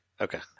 Okay